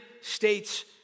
States